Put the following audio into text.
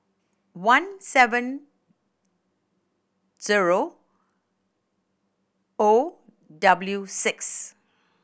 one seven zero O W six